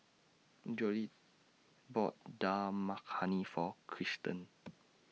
Jolette bought Dal Makhani For Cristen